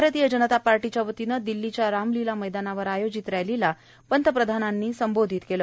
भारतीय जनता पार्टीच्या वतीनं दिल्लीच्या रामलीला मैदानावर आयोजित रॅलीला पंतप्रधानांनी संबोधित केलं